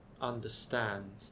understand